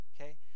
Okay